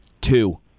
Two